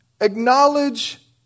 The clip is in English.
acknowledge